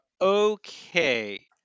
Okay